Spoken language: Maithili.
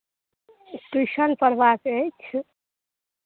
ट्यूशन पढ़बाक अछि